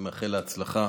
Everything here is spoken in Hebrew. מאחל לה הצלחה